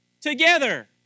together